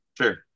Sure